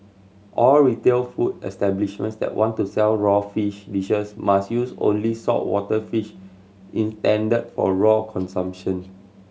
all retail food establishments that want to sell raw fish dishes must use only saltwater fish intended for raw consumption